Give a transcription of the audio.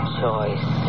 choice